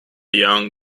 young